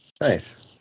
nice